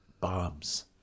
Bombs